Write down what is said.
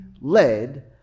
led